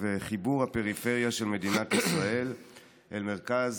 וחיבור הפריפריה של מדינת ישראל אל מרכז